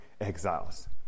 exiles